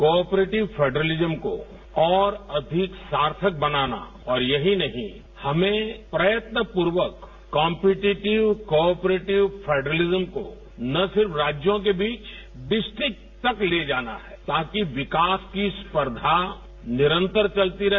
cooperative federalism को और अधिक सार्थक बनाना और यही नहीं हमें प्रयत्न पूर्वक कॉम्पेंटिटिव कॉपरेटिव फेडेरलिज्म को न सिर्फ राज्यों के बीच डिस्ट्रिक तक ले जाना है ताकि विकास की स्पर्धा निरंतर चलती रहे